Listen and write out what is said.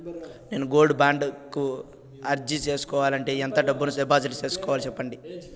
నేను gold bond కు అర్జీ సేసుకోవాలంటే ఎంత డబ్బును డిపాజిట్లు సేసుకోవాలి సెప్పండి